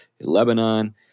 Lebanon